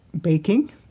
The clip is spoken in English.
baking